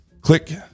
Click